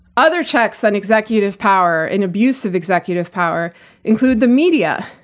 other checks on executive power and abuse of executive power include the media,